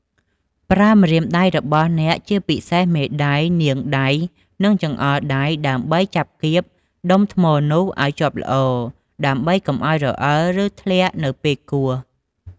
ប្រើម្រាមដៃរបស់អ្នកជាពិសេសមេដៃ នាងដៃ និងចង្អុលដៃ ដើម្បីចាប់គៀបដុំថ្មនោះឲ្យជាប់ល្អ ដើម្បីកុំឲ្យរអិល ឬធ្លាក់នៅពេលគោះ។